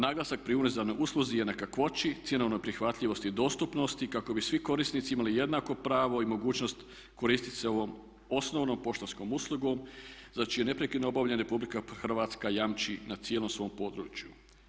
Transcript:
Naglasak pri univerzalnoj usluzi je na kakvoći, cjenovnoj prihvatljivosti i dostupnosti kako bi svi korisnici imali jednako pravo i mogućnost koristit se ovom osnovnom poštanskom uslugom za čije neprekidno obavljanje Republika Hrvatska jamči na cijelom svom području.